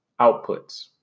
outputs